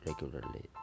regularly